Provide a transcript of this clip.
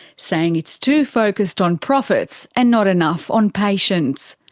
saying it's too focussed on profits, and not enough on patients.